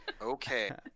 Okay